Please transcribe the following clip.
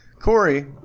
Corey